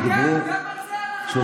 לא,